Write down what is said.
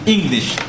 English